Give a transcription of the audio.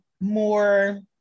more